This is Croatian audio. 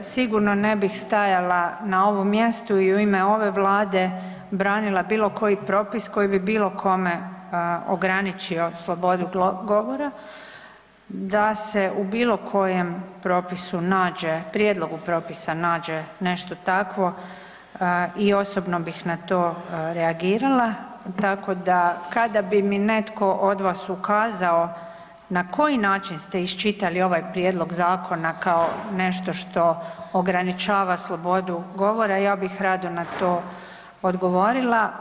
Sigurno ne bih stajala na ovom mjestu i u ime ove Vlade branila bilo koji propis koji bi bilo kome ograničio slobodu govora, da se u bilo kojem prijedlogu propisa nađe nešto takvo i osobno bih na to reagirala, tako da kada bi mi netko od vas ukazao na koji način ste iščitali ovaj prijedlog zakona kao nešto što ograničava slobodu govora, ja bih rado na to odgovorila.